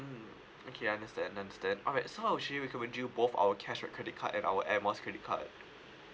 mm okay I understand understand alright so I would choose to recommend you both our cashback credit card at our air miles credit card